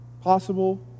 possible